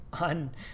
on